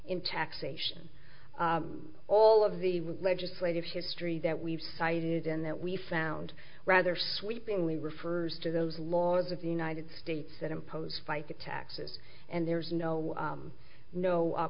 in taxation all of the legislative history that we've cited in that we found rather sweepingly refers to those laws of the united states that impose fica taxes and there's no